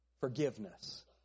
forgiveness